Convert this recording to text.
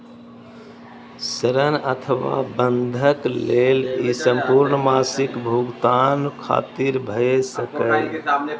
ऋण अथवा बंधक लेल ई संपूर्ण मासिक भुगतान खातिर भए सकैए